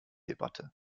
debatte